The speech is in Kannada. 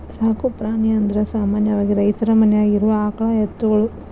ಸಾಕು ಪ್ರಾಣಿ ಅಂದರ ಸಾಮಾನ್ಯವಾಗಿ ರೈತರ ಮನ್ಯಾಗ ಇರು ಆಕಳ ಎತ್ತುಗಳು